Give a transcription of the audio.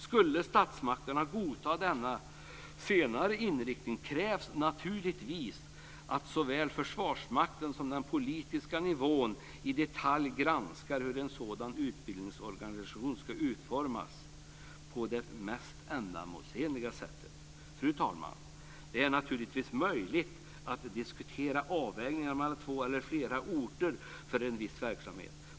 Skulle statsmakterna godta denna senare inriktning krävs naturligtvis att såväl Försvarsmakten som den politiska nivån i detalj granskar hur en sådan utbildningsorganisation ska utformas på det mest ändamålsenliga sättet. Fru talman! Det är naturligtvis möjligt att diskutera avvägningar mellan två eller flera orter för en viss verksamhet.